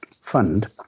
fund